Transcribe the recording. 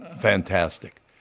fantastic